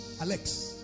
Alex